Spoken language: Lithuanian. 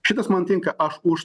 šitas man tinka aš už